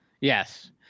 Yes